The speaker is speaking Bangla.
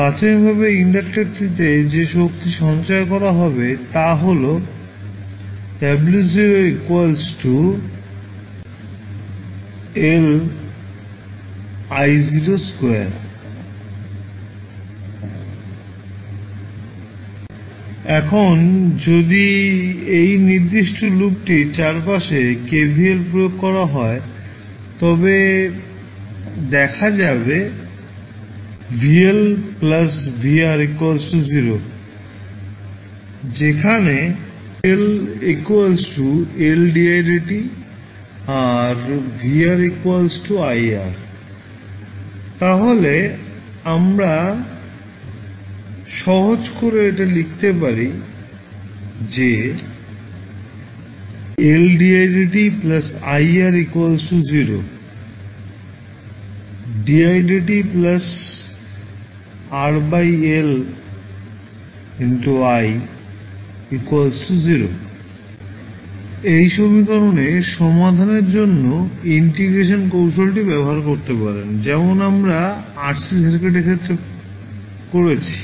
প্রাথমিকভাবে ইন্ডাক্টারটিতে যে শক্তি সঞ্চয় করা হবে তা হল w 1 LI 2 2 0 এখন যদি এই নির্দিষ্ট লুপটির চারপাশে KVL প্রয়োগ করা হয় তবে দেখা যাবে vL vR 0 তাহলে আমরা তা সহজ করে লিখতে পারি যে এই সমীকরণের সমাধানের জন্য ইন্টিগ্রেশন কৌশলটি ব্যবহার করতে পারেন যেমন আমরা RC সার্কিটের ক্ষেত্রে করেছি